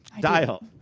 Dial